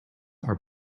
are